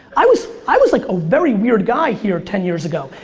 i was i was like a very weird guy here ten years ago.